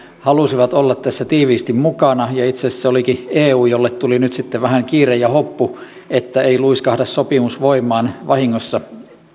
halusivat olla tässä tiiviisti mukana itse asiassa se olikin eu jolle tuli nyt sitten vähän kiire ja hoppu että sopimus ei luiskahda voimaan vahingossa